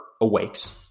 awakes